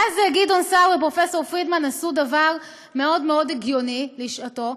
ואז גדעון סער ופרופסור פרידמן עשו דבר מאוד מאוד הגיוני לשעתו,